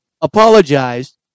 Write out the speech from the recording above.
apologized